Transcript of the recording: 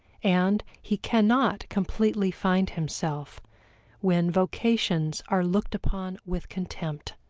and he cannot completely find himself when vocations are looked upon with contempt,